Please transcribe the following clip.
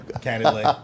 candidly